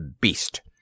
beast